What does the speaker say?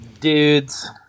dudes